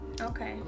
okay